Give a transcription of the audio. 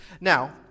Now